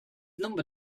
number